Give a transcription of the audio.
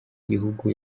igihugu